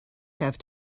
have